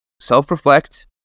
self-reflect